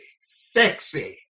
sexy